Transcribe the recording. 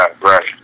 right